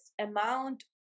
amount